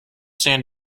san